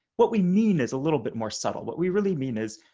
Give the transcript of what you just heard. what we mean is a little bit more subtle but we really mean is,